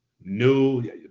new